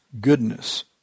goodness